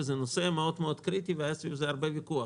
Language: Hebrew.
זה נושא מאוד מאוד קריטי והתנהל סביב זה הרבה ויכוח,